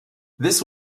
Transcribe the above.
this